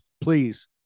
please